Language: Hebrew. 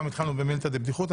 הפעם התחלנו במילתא דבדיחותא,